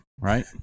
right